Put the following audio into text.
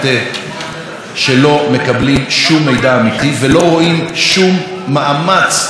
שלא מקבלים שום מידע אמיתי ולא רואים שום מאמץ אמיתי,